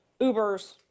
Ubers